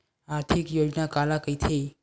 आर्थिक योजना काला कइथे?